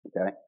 okay